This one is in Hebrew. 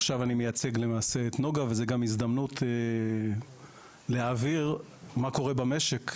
עכשיו אני למעשה מייצג את נגה וזו גם הזדמנות להעביר מה קורה במשק,